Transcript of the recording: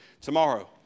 tomorrow